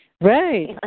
Right